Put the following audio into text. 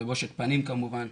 בבושת פנים כמובן,